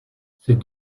ces